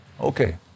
Okay